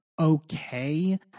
okay